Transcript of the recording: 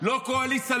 לא קואליציה,